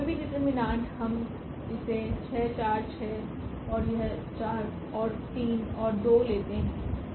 कोई भी डिटरमिनेंट हम इसे 6 4 6 और यह 4 और 3 और 2 लेते हैं